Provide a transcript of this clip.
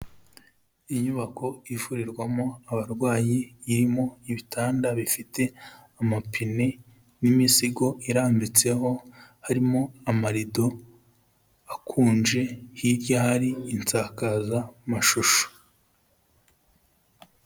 Inyubako ivurirwamo abarwayi irimo ibitanda bifite amapine n'imizigo irambitseho, harimo amarido akunje hirya hari insakazamashusho.